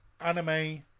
anime